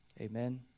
Amen